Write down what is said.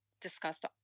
discussed